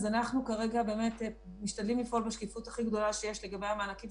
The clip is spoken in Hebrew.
אנחנו כרגע באמת משתדלים לפעול בשקיפות הכי גדולה שיש לגבי המענקים